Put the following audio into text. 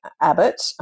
Abbott